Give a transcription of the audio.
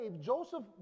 Joseph